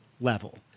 level